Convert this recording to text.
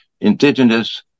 indigenous